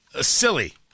silly